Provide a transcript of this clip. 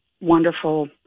wonderful